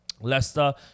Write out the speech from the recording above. Leicester